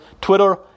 Twitter